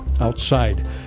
outside